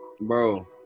Bro